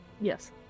Yes